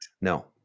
no